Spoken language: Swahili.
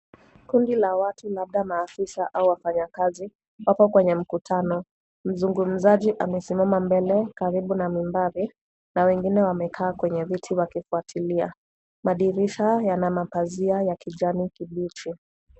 Kundi la watu labda maafisa ama wafanyikazi wapo kwenye mkutano mzungumzaji amesimama mbele karibu na mimbavi na wengine wamekaa kwenye viti wakifuatilia madirisha yanamapazia ya kijani kibichi.